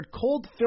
cold